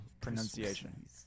pronunciation